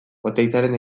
oteizaren